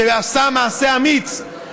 שעשה מעשה אמיץ,